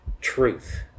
Truth